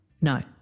No